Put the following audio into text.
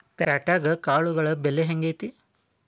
ಪ್ಯಾಟ್ಯಾಗ್ ಕಾಳುಗಳ ಬೆಲೆ ಹೆಂಗ್ ಐತಿ?